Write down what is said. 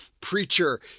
preacher